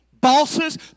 bosses